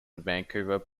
vancouver